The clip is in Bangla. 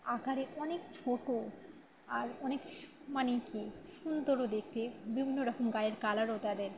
আকারে অনেক ছোটো আর অনেক মানে কী সুন্দরও দেখতে বিভিন্ন রকম গাায়ের কালারও তাদের